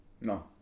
no